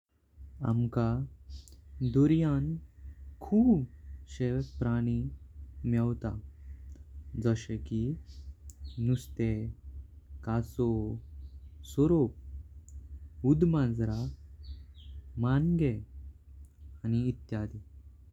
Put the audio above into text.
आमका दर्या खातीर खूपशे प्राणी मेवटा। जशे जी नुस्तेह, कसव, सर्प, ऊद मांजरा, माणण्गे, इत्यादी।